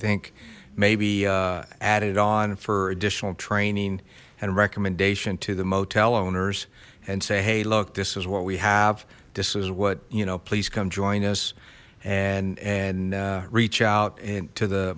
think maybe added on for additional training and recommendation to the motel owners and say hey look this is what we have this is what you know please come join us and and reach out and to the